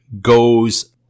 goes